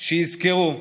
שיזכרו,